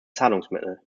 zahlungsmittel